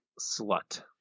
Slut